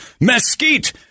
mesquite